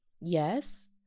yes